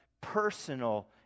personal